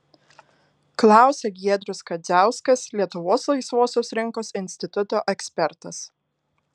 klausia giedrius kadziauskas lietuvos laisvosios rinkos instituto ekspertas